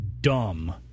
dumb